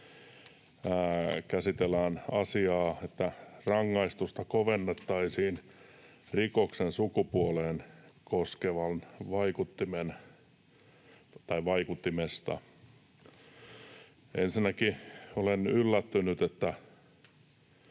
käsitellään sitä asiaa, että rangaistusta kovennettaisiin rikoksen sukupuolta koskevasta vaikuttimesta. Ensinnäkin olen yllättynyt, että